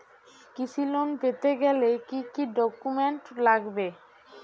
কৃষি লোন পেতে গেলে কি কি ডকুমেন্ট লাগবে?